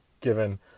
given